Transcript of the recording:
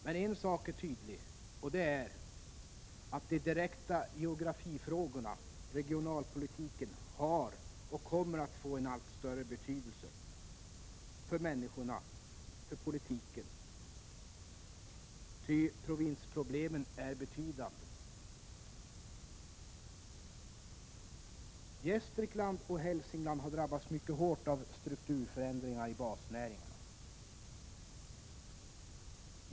Men en sak är tydlig, nämligen att de direkta geografifrågorna, regionalpolitiken, har och kommer att få en allt större betydelse för människorna och för politiken. Ty provinsproblemen är betydande. Gästrikland och Hälsingland har drabbats mycket hårt av strukturföränd ringarna i basnäringarna.